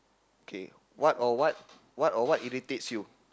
okay what or what what or what irritates you